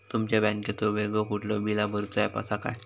तुमच्या बँकेचो वेगळो कुठलो बिला भरूचो ऍप असा काय?